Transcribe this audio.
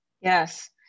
Yes